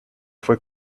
fue